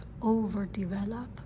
overdevelop